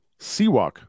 Seawalk